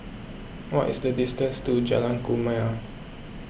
what is the distance to Jalan Kumia